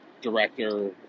director